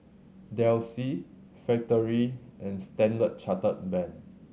Delsey Factorie and Standard Chartered Bank